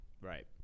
Right